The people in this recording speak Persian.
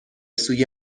سوی